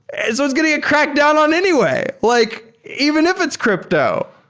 and so it's getting a crackdown on anyway like even if it's crypto.